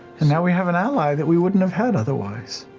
and now we have an ally that we wouldn't have had otherwise.